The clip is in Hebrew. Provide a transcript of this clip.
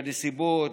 בנסיבות,